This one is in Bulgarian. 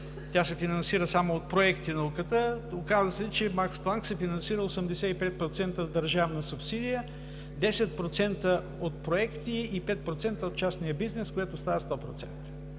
се финансира само от проекти, „Макс План“ се финансира 85% от държавна субсидия, 10% от проекти и 5% от частния бизнес, което става 100%.